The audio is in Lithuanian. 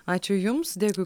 ačiū jums dėkui